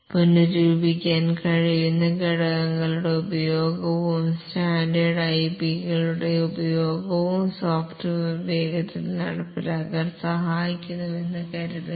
പുനരുപയോഗിക്കാൻ കഴിയുന്ന ഘടകങ്ങളുടെ ഉപയോഗവും സ്റ്റാൻഡേർഡ് എപിഐകളുടെ ഉപയോഗവും സോഫ്റ്റ്വെയർ വേഗത്തിൽ നടപ്പിലാക്കാൻ സഹായിക്കുന്നുവെന്ന് കരുതുക